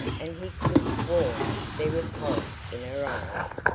and he could have sworn there was horror in her eyes.